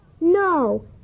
No